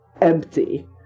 empty